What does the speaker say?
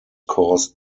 caused